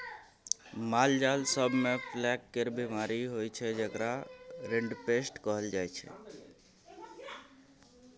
मालजाल सब मे प्लेग केर बीमारी होइ छै जेकरा रिंडरपेस्ट कहल जाइ छै